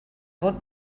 vot